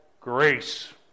grace